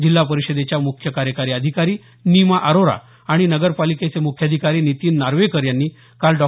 जिल्हा परिषदेच्या मुख्य कार्यकारी अधिकारी नीमा अरोरा आणि नगरपालिकेचे मुख्याधिकारी नितीन नार्वेकर यांनी काल डॉ